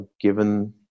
given